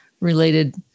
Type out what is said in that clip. related